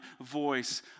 voice